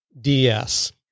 DS